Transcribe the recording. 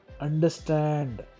understand